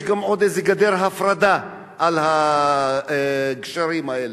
יש גם עוד איזה גדר הפרדה על הגשרים האלה,